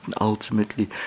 ultimately